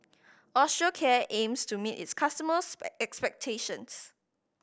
osteocare aims to meet its customers' expectations